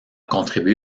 contribué